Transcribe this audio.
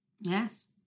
Yes